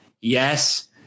Yes